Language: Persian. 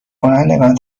کنندگان